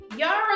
Yara